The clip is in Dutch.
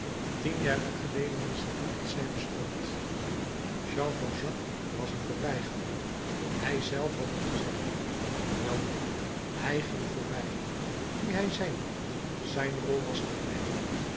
tien jaren geleden wist ik niet dat zij bestond jean valjean was een voorbijganger hij zelf had het gezegd welnu hij ging voorbij wie hij zijn mocht zijn rol was ten einde